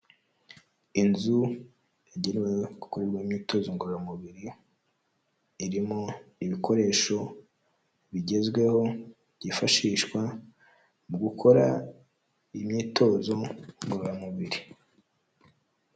Inzu yagenewe gukorerwamo imyitozo ngororamubiri, irimo ibikoresho bigezweho byifashishwa mu gukora imyitozo ngororamubiri.